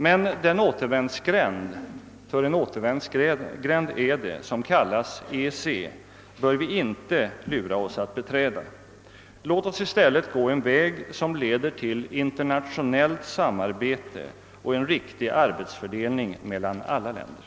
Men den återvändsgränd — ty en återvändsgränd är det! — som kallas EEC bör vi inte låta lura oss att beträda. Låt oss i stället gå en väg som leder till internationellt samarbete och en riktig arbetsfördelning mellan länderna!